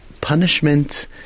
punishment